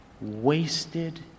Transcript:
wasted